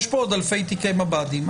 יש פה עוד אלפי תיקי מב"דים,